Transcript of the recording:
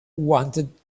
wanted